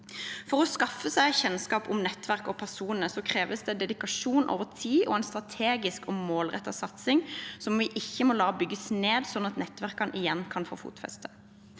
For å skaffe seg kjennskap om nettverk og personer kreves det dedikasjon over tid og en strategisk og målrettet satsing som vi ikke må la bygges ned, slik at nettverkene igjen kan få fotfeste.